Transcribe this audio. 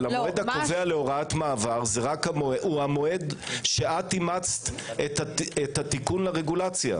אבל המועד הקובע להוראת מעבר הוא המועד שאת אימצת את התיקון לרגולציה.